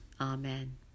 Amen